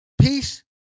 Peace